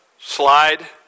slide